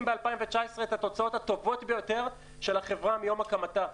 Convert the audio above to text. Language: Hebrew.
ב-2019 את התוצאות הטובות ביותר של החברה מיום הקמתה.